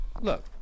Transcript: look